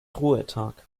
ruhetag